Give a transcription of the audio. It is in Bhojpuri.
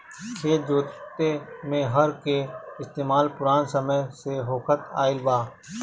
खेत जोते में हर के इस्तेमाल पुरान समय से होखत आइल बा